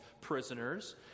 prisoners